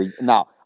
Now